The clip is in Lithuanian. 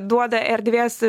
duoda erdvės